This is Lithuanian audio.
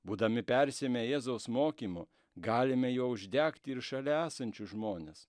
būdami persiėmę jėzaus mokymu galime jo uždegti ir šalia esančius žmones